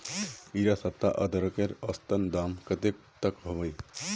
इडा सप्ताह अदरकेर औसतन दाम कतेक तक होबे?